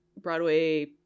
Broadway